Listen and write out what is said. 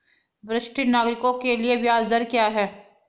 वरिष्ठ नागरिकों के लिए ब्याज दर क्या हैं?